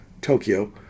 Tokyo